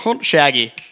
Shaggy